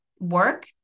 work